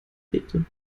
rede